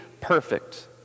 perfect